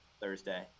thursday